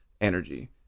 energy